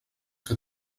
que